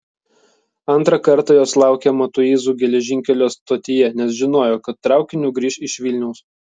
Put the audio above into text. antrą kartą jos laukė matuizų geležinkelio stotyje nes žinojo kad traukiniu grįš iš vilniaus